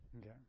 Okay